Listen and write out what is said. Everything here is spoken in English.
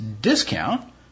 discount